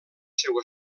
seu